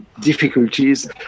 difficulties